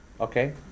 Okay